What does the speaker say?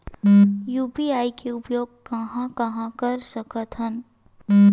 UPI के उपयोग कहां कहा कर सकत हन?